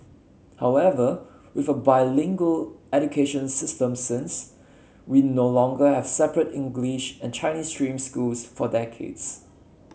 however with a bilingual education system since we no longer have separate English and Chinese stream schools for decades